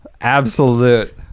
absolute